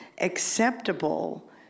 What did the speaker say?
acceptable